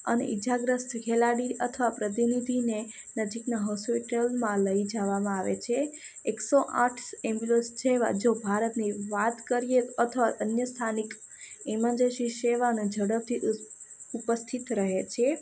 અને ઇજાગ્રસ્ત ખેલાડી અથવા પ્રતિનિધિને નજીકના હોસ્પિટલમાં લઈ જાવામાં આવે છે એક સો આઠ સ એમ્બ્યુલસ સેવા જો ભારતની વાત કરીએ અથવા અન્ય સ્થાનિક ઇમરજન્સી સેવા અને ઝડપથી ઉપસ્થતિ રહે છે